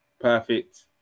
perfect